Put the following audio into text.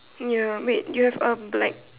ya wait do you have a black